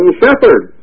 shepherd